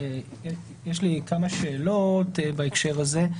יש לי כמה שאלות בהקשר הזה.